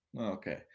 Okay